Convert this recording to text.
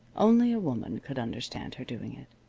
only a woman could understand her doing it.